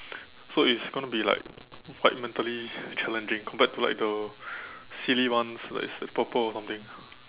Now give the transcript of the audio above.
so it's going to be like quite mentally challenging compared to like the silly ones like purple or something